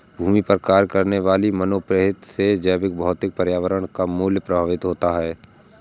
भूमि पर कार्य करने वाली मानवप्रेरित से जैवभौतिक पर्यावरण का मूल्य प्रभावित होता है